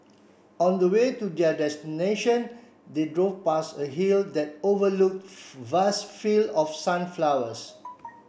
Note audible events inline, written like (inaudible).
on the way to their destination they drove past a hill that overlook (unintelligible) vast field of sunflowers